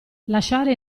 lasciare